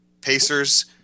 Pacers